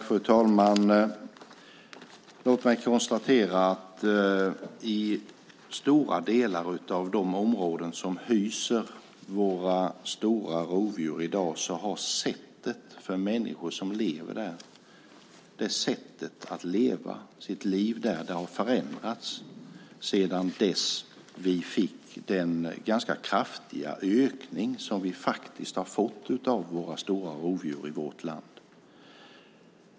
Fru talman! Låt mig konstatera att i stora delar av de områden som i dag hyser våra stora rovdjur har sättet som människor där lever sina liv förändrats sedan vi fick den ganska kraftiga ökning som vi faktiskt har fått av de stora rovdjuren i vårt land.